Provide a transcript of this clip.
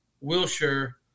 Wilshire